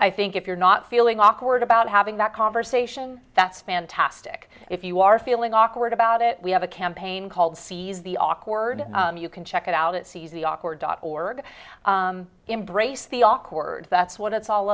i think if you're not feeling awkward about having that conversation that's fantastic if you are feeling awkward about it we have a campaign called seize the awkward you can check it out it's easy awkward dot org embrace the awkward that's what it's all